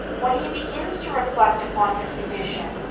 when he begins to reflect upon his condition,